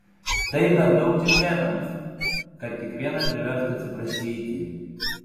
tai per daug čečėnams kad kiekvieną priverstų atsiprašyti